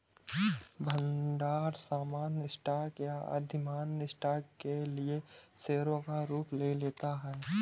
भंडार सामान्य स्टॉक या अधिमान्य स्टॉक के लिए शेयरों का रूप ले लेता है